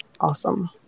awesome